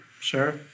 sure